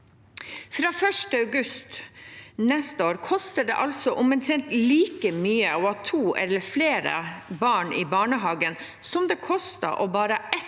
Fra 1. august neste år koster det altså omtrent like mye å ha to eller flere barn i barnehagen som det kostet å ha bare ett